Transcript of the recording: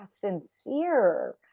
sincere